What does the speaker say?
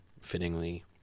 fittingly